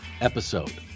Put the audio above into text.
episode